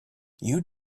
you